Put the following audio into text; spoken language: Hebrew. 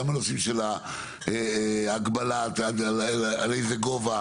גם בנושאים של עד איזה גובה